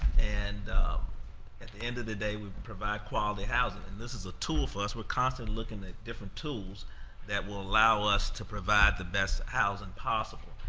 and at the end of the day, we provide quality housing, and this is the ah tool for us. we are constantly looking at different tools that will allow us to provide the best housing possible.